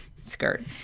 skirt